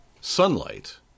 sunlight